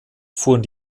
fuhren